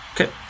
okay